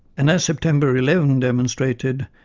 and as september eleven demonstrated,